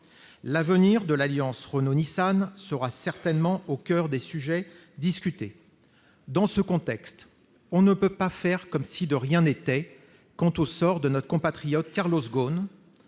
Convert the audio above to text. L'avenir de l'alliance Renault-Nissan sera certainement au coeur des discussions. Dans ce contexte, on ne peut pas faire comme si de rien n'était quant au sort de notre compatriote Carlos Ghosn,